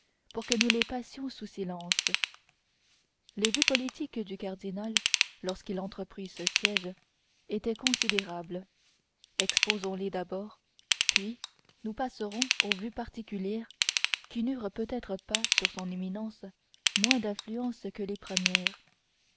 pour que nous les passions sous silence les vues politiques du cardinal lorsqu'il entreprit ce siège étaient considérables exposons les d'abord puis nous passerons aux vues particulières qui n'eurent peut-être pas sur son éminence moins d'influence que les premières